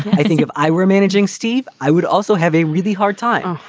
i think if i were managing steve, i would also have a really hard time.